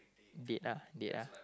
date ah date ah